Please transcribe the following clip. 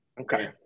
Okay